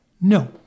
No